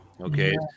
Okay